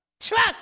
Trust